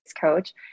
coach